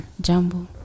Jumbo